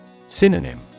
Synonym